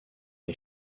les